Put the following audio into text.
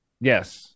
Yes